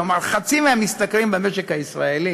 כלומר חצי מהמשתכרים במשק הישראלי